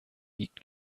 liegt